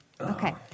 Okay